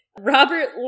Robert